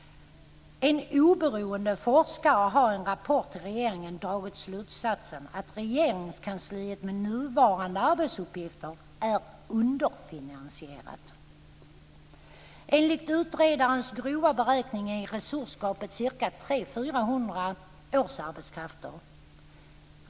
En oberoende forskare har i en rapport till regeringen dragit slutsatsen att Regeringskansliet med nuvarande arbetsuppgifter är underfinansierat. Enligt utredarens grova beräkning är resursgapet ca 300-400 årsarbetskrafter.